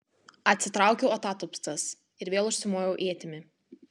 atsitraukiau atatupstas ir vėl užsimojau ietimi